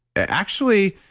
actually,